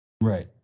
right